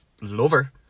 Lover